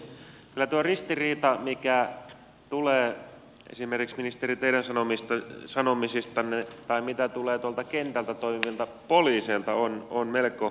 kyllä tuo ristiriita mikä tulee esimerkiksi ministeri teidän sanomisistanne tai mitä tulee tuolta kentällä toimivilta poliiseilta on melko suuri